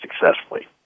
successfully